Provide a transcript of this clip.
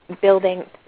building